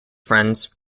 friends